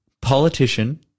politician